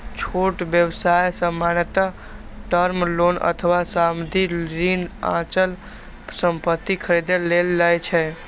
छोट व्यवसाय सामान्यतः टर्म लोन अथवा सावधि ऋण अचल संपत्ति खरीदै लेल लए छै